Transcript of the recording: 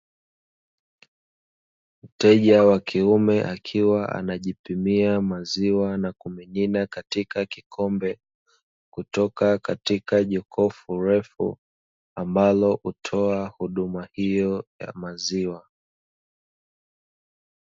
Mteja wa kiume akiwa anajipimia maziwa na kumimina katika kikombe, kutoka katika jokofu refu ambalo hutoa huduma hiyo ya maziwa.